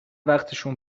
وقتشون